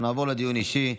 נעבור לדיון אישי.